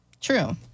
True